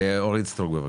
אורית סטרוק, בבקשה.